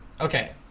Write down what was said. okay